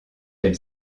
elle